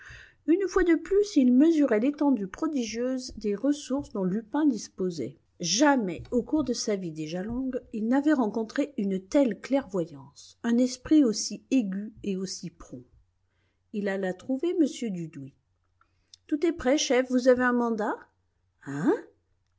une fois de plus il mesurait l'étendue prodigieuse des ressources dont lupin disposait jamais au cours de sa vie déjà longue il n'avait rencontré une telle clairvoyance un esprit aussi aigu et aussi prompt il alla trouver m dudouis tout est prêt chef vous avez un mandat hein